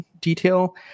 detail